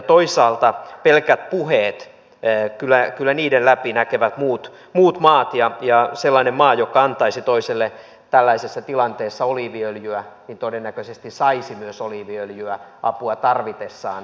toisaalta pelkät puheet kyllä muut maat niiden läpi näkevät ja sellainen maa joka antaisi toiselle tällaisessa tilanteessa oliiviöljyä todennäköisesti myös saisi oliiviöljyä apua tarvitessaan